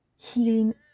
healing